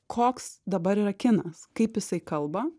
koks dabar yra kinas kaip jisai kalba